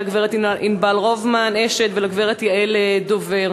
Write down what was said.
הגברת ענבל רובמן-אשד ולגברת יעל דובר,